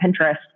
Pinterest